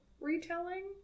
retelling